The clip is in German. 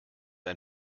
ein